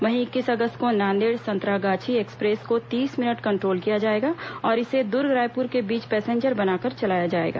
वहीं इक्कीस अगस्त को नांदेड़ संतरागाछी एक्सप्रेस को तीस मिनट कंट्रोल किया जाएगा और इसे दुर्ग रायपुर के बीच पैसेंजर बनाकर चलाया जाएगा